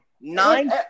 Nine